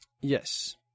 Yes